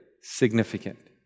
significant